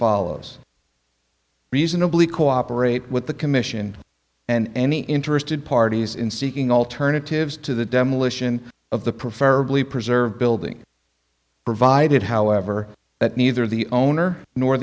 follows reasonably cooperate with the commission and any interested parties in seeking alternatives to the demolition of the prefer preserve building provided however that neither the owner nor